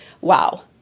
wow